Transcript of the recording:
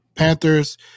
Panthers